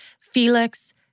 Felix